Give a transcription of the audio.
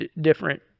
different